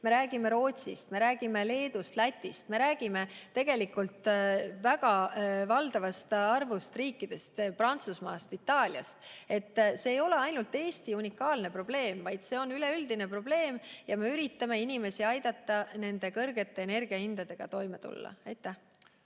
Me räägime Rootsist, me räägime Leedust ja Lätist, me räägime tegelikult väga valdavast arvust riikidest, näiteks ka Prantsusmaast ja Itaaliast. Nii et see ei ole ainult Eesti unikaalne probleem, vaid see on üleüldine probleem, ja me üritame aidata inimestel kõrgete energiahindadega toime tulla. Aitäh!